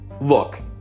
Look